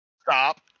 stop